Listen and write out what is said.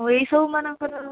ହଁ ଏଇ ସବୁ ମାନଙ୍କର